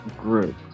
group